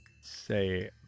say